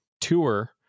tour